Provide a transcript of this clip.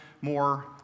more